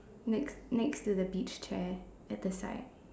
next next to the beach chair at the side